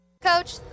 Coach